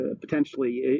potentially